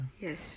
yes